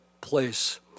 place